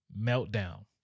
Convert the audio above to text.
Meltdown